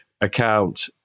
account